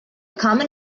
common